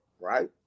right